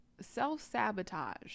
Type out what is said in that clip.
self-sabotage